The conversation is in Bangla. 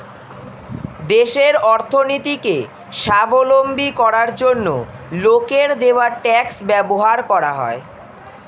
দেশের অর্থনীতিকে স্বাবলম্বী করার জন্য লোকের দেওয়া ট্যাক্স ব্যবহার করা হয়